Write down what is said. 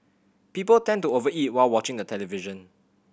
people tend to over eat while watching the television